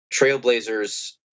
Trailblazers